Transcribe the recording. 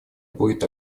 будет